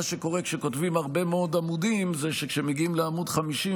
מה שקורה כשכותבים הרבה מאוד עמודים הוא שכשמגיעים לעמ' 50,